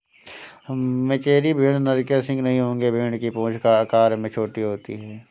मेचेरी भेड़ नर के सींग नहीं होंगे भेड़ की पूंछ आकार में छोटी होती है